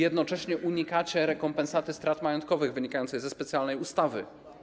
I jednocześnie unikacie rekompensaty strat majątkowych, wynikającej ze specjalnej ustawy.